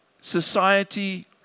society